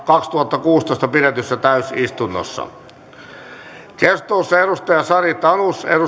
kaksituhattakuusitoista pidetyssä täysistunnossa keskustelussa on sari tanus